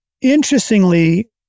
interestingly